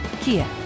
Kia